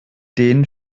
den